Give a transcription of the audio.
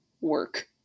work